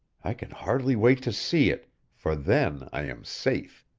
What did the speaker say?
i can hardly wait to see it, for then i am safe!